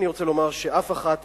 אני רוצה לחדד את הדברים שאמר חברי,